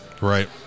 Right